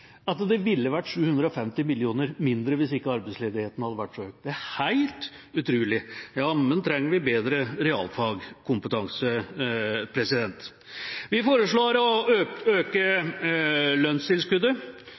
at det ville vært 750 mill. kr mindre hvis ikke arbeidsledigheten hadde vært så høy. Det er helt utrolig. Jammen trenger vi bedre realfagskompetanse. Vi foreslår å øke lønnstilskuddet,